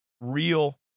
real